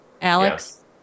Alex